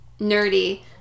nerdy